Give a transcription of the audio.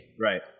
Right